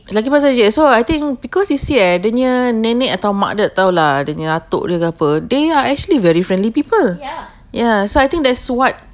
lucky plaza sahaja so I think because you see eh the near nenek atau mak tak tahu lah dia punya atuk ke apa they are actually very friendly people ya so I think that's what